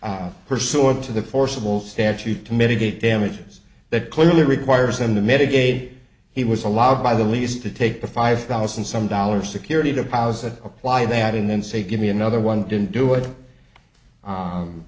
pursuant to the forcible statute to mitigate damages that clearly requires him to mitigate he was allowed by the lease to take the five thousand some dollars security deposit apply that and then say give me another one didn't do it